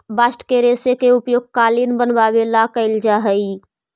bast के रेश के उपयोग कालीन बनवावे ला कैल जा हई